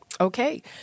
Okay